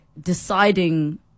deciding